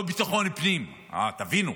לא לביטחון פנים: תבינו,